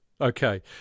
Okay